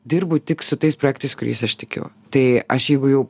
dirbu tik su tais projektais kuriais aš tikiu tai aš jeigu jau